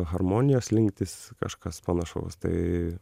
harmonija slinktis kažkas panašaus tai